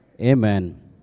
Amen